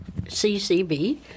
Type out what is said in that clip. CCB